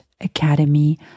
Academy